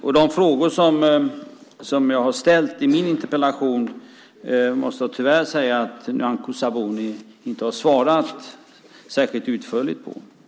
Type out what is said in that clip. Jag måste tyvärr säga att Nyamko Sabuni inte har svarat särskilt utförligt på de frågor jag ställde i min interpellation.